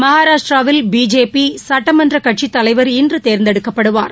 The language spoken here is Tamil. மகராஷ்டிராவில் பிஜேபி சட்டமன்ற கட்சி தலைவர் இன்று தேர்ந்தெடுக்கப்படுவார்